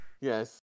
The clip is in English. Yes